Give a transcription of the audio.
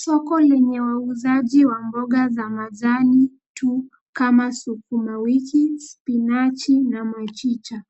Soko lenye wauzaji wa mboga za majani tu kama sukuma wiki, spinachi, na machicha.